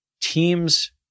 teams